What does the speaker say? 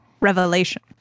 Revelation